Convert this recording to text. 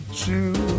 true